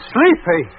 Sleepy